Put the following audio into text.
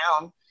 down